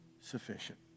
sufficient